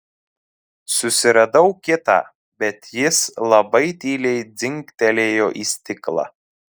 susiradau kitą bet jis labai tyliai dzingtelėjo į stiklą